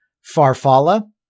Farfalla